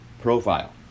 profile